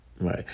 right